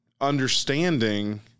understanding